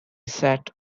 sat